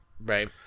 Right